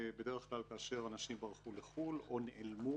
בדרך כלל כשאנשים ברחו לחו"ל או נעלמו.